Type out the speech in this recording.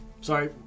Sorry